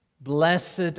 Blessed